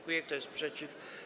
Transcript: Kto jest przeciw?